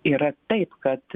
yra taip kad